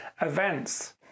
events